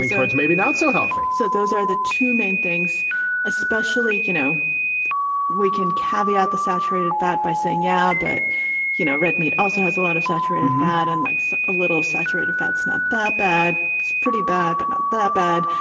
it's maybe not so healthy. so those are the two main things especially. you know we can caveat the saturated fat by saying yeah. but you know red meat also has a lot of saturated fat and likes a little saturated fats not that bad. it's pretty bad but not that bad.